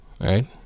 Right